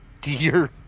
dear